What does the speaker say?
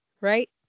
right